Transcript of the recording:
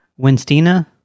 Winstina